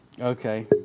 Okay